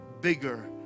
bigger